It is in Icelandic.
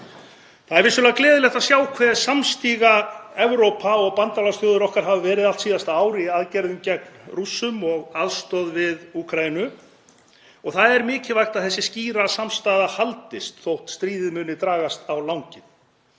Það er vissulega gleðilegt að sjá hve samstiga Evrópa og bandalagsþjóðir okkar hafa verið allt síðasta ár í aðgerðum gegn Rússum og aðstoð við Úkraínu. Það er mikilvægt að þessi skýra samstaða haldist þótt stríðið muni dragast á langinn.